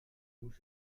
moest